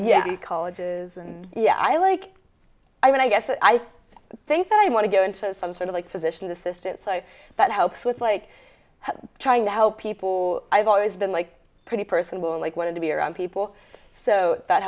yeah colleges and yeah i like i mean i guess i think that i want to go into some sort of like physician assistant so but helps with like trying to help people i've always been like pretty personable and like wanted to be around people so that